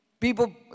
People